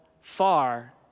far